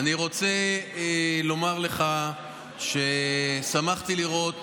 אני רוצה לומר לך ששמחתי לראות